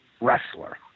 wrestler